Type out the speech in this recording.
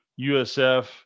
usf